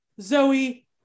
Zoe